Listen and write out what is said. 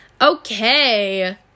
Okay